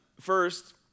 First